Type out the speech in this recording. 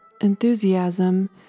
enthusiasm